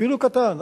אפילו קטן,